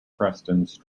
struggles